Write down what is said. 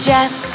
Jess